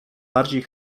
bardziej